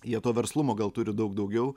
jie to verslumo gal turi daug daugiau